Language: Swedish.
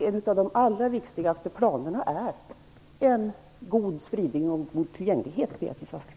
En av de allra viktigaste planerna är en god spridning och en god tillgänglighet, Beatrice Ask.